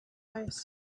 eyes